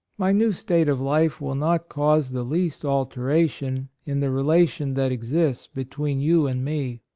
my new state of life will not cause the least alteration in the relation that exists between you and me.